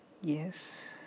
Yes